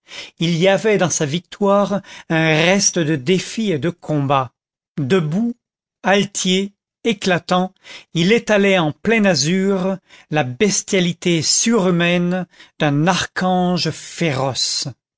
il y avait dans sa victoire un reste de défi et de combat debout altier éclatant il étalait en plein azur la bestialité surhumaine d'un archange féroce